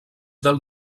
del